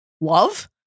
love